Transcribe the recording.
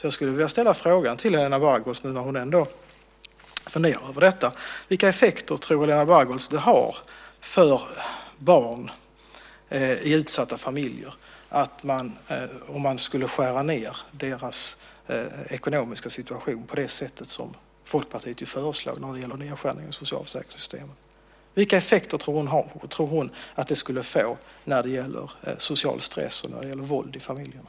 Jag skulle vilja ställa frågan till Helena Bargholtz, när hon nu ändå funderar över detta, vilka effekter hon tror det har för barn i utsatta familjer om man skulle skära ned deras ekonomiska situation på det sätt som Folkpartiet föreslår när det gäller nedskärningar i socialförsäkringssystemen. Vilka effekter tror hon att det skulle få när det gäller social stress och när det gäller våld i familjerna?